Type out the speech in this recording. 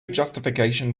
justification